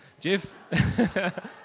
Jeff